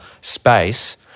space